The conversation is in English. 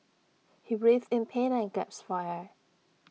he writhed in pain and gasped for air